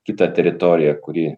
kitą teritoriją kuri